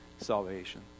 salvation